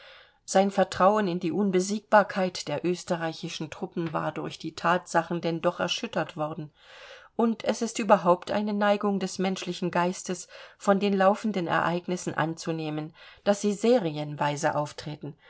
sein vertrauen in die unbesiegbarkeit der österreichischen truppen war durch die thatsachen denn doch erschüttert worden und es ist überhaupt eine neigung des menschlichen geistes von den laufenden ereignissen anzunehmen daß sie serienweise auftreten